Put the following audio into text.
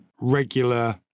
regular